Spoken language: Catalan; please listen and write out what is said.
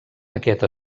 aquest